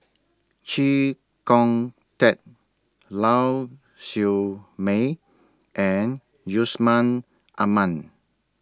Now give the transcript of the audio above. Chee Kong Tet Lau Siew Mei and Yusman Aman